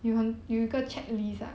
mm